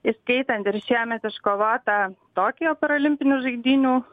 įskaitant ir šiemet iškovotą tokijo parolimpinių žaidynių